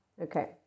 Okay